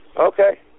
Okay